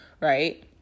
Right